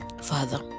Father